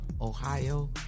ohio